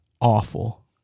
awful